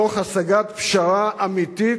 תוך השגת פשרה אמיתית,